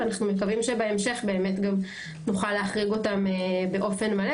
ואנחנו מקווים שבהמשך גם נוכל להחריג אותם באופן מלא,